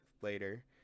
later